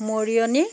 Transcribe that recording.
Mariani